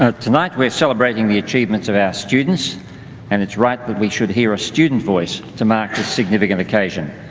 ah tonight, we're celebrating the achievements of our students and it's right that we should hear a student voice to mark the significant occasion.